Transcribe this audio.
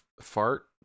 FART